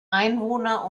einwohner